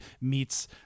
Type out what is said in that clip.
meets